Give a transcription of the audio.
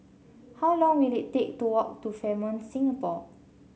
how long will it take to walk to Fairmont Singapore